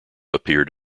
appeared